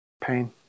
Pain